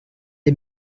est